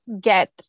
get